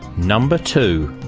number two.